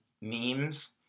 memes